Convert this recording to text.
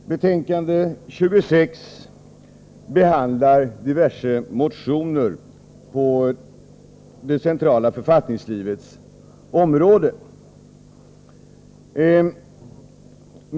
Fru talman! I KU:s betänkande 26 behandlas diverse motioner rörande det centrala författningspolitiska området.